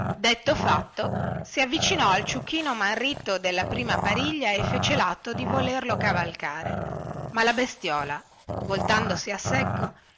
detto fatto si avvicinò al ciuchino manritto della prima pariglia e fece latto di volerlo cavalcare ma la bestiola voltandosi a secco